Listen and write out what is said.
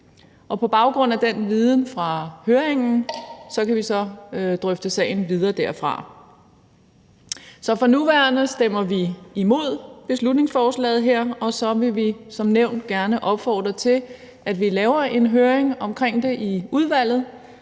På baggrund af den viden fra høringen kan vi så drøfte sagen videre. Så for nuværende stemmer vi imod beslutningsforslaget her, og så vil vi som nævnt gerne opfordre til, at der laves en høring omkring det i udvalget,